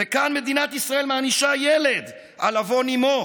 וכאן מדינת ישראל מענישה ילד על עוון אימו,